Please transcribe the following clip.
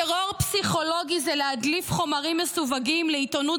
טרור פסיכולוגי זה להדליף חומרים מסווגים לעיתונות